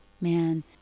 man